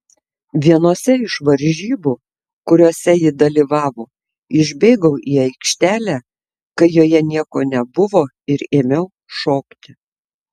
vienose iš varžybų kuriose ji dalyvavo išbėgau į aikštelę kai joje nieko nebuvo ir ėmiau šokti